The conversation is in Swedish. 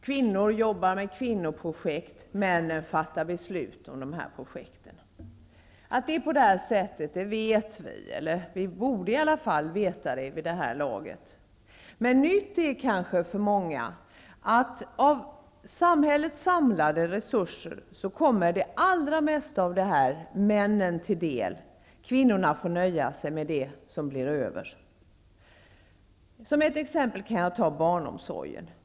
Kvinnor jobbar med kvinnoprojekt, männen fattar beslut om de här projekten. Att det är så här vet vi -- eller borde veta vid det här laget. Nytt är kanske för många att av samhällets samlade resurser kommer det allra mesta männen till del -- kvinnorna får nöja sig med det som blir över. Som ett exempel kan jag ta barnomsorgen.